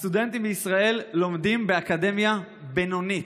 הסטודנטים בישראל לומדים באקדמיה בינונית.